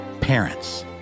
parents